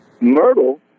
Myrtle